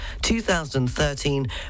2013